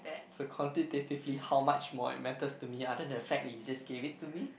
so quantitatively how much more it matters to me other than the fact tgat you just gave it to me